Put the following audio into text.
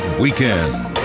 Weekend